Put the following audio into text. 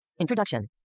introduction